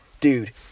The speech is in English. Dude